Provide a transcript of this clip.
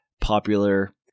popular